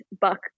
Buck